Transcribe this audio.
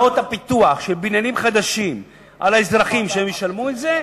להפיל את הוצאות הפיתוח של בניינים חדשים על האזרחים שהם ישלמו את זה,